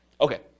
Okay